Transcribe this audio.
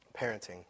parenting